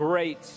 Great